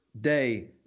day